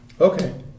Okay